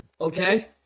okay